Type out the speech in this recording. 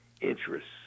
interests